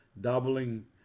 doubling